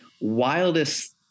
wildest